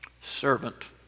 Servant